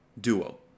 duo